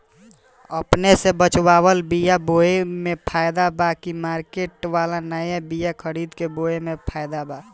अपने से बचवाल बीया बोये मे फायदा बा की मार्केट वाला नया बीया खरीद के बोये मे फायदा बा?